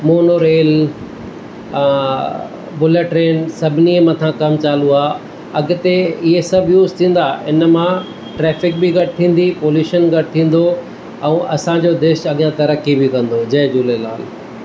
mono rail bullet train सभिनी जे मथां कमु चालू आहे अॻते इहो सभु युस थींदा आहिनि मां ट्रेफिक बि घटि थींदी पोल्युशन घटि थींदो ऐं असांजो देश अॻियां तरक़ी बि कंदो जय झूलेलाल